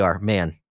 man